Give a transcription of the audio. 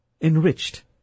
enriched